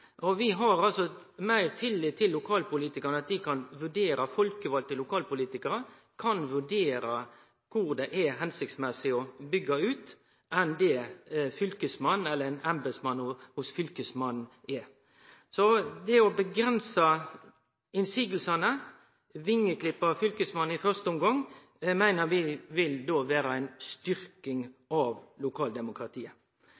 at folkevalde lokalpolitikarar betre kan vurdere kvar det er føremålstenleg å byggje ut enn det ein embetsmann hos Fylkesmannen kan. Det å avgrense motsegnene, vengeklippe Fylkesmannen i første omgang, meiner vi vil